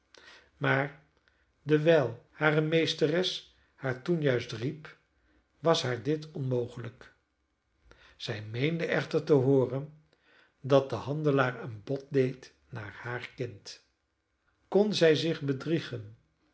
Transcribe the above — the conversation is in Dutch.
maar dewijl hare meesteres haar toen juist riep was haar dit onmogelijk zij meende echter te hooren dat de handelaar een bod deed naar haar kind kon zij zich bedriegen